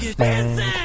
dancing